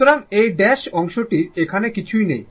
সুতরাং এই ড্যাশ অংশটির এখানে কিছুই নেই